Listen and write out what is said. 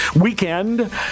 weekend